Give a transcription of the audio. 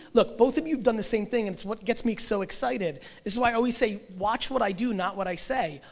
look, both of you have done the same thing, and it's what gets me so excited, this is why i always say watch what i do, not what i say,